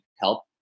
help